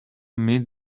meet